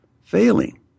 failing